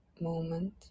moment